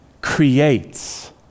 creates